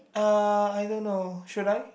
(uh)I don't know should I